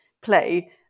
play